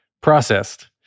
processed